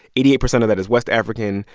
eighty-eight percent of that is west african,